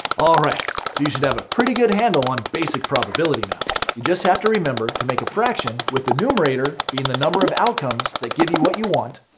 alright! so you should have a pretty good handle on basic probability now. you just have to remember to make a fraction with the numerator being the number of outcomes that give you what you want,